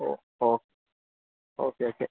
ഓ ഓ okay okay